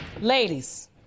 ladies